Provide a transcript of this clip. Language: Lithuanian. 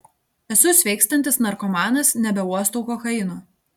esu sveikstantis narkomanas nebeuostau kokaino